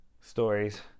stories